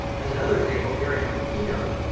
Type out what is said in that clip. as another example, here i am in keynote.